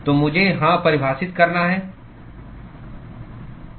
तो मुझे हाँ परिभाषित करना है